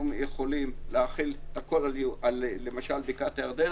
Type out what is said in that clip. יכולים להחיל את הכול על למשל בקעת הירדן,